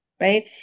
right